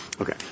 Okay